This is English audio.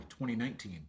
2019